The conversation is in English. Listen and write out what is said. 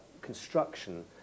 construction